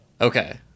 okay